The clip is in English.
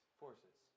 forces